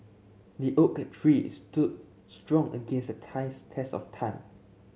the oak tree stood strong against the test test of time